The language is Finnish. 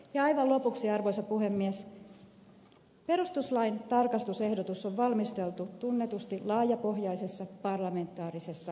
aivan lopuksi arvoisa puhemies perustuslain tarkistusehdotus on valmistelu tunnetusti laajapohjaisessa parlamentaarisessa komiteassa